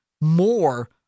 more